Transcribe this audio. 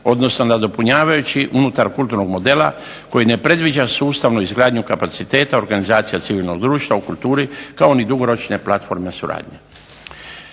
odnosno nadopunjavajući unutar kulturnog modela koji ne predviđa sustavnu izgradnju kapaciteta organizacija civilnog društva u kulturi kao ni dugoročne platformne suradnje.